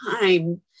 time